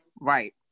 right